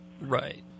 Right